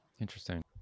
Interesting